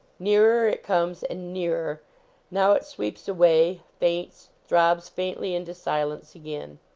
nearer it comes and nearer now it sweeps away faints throbs faintly into silence again.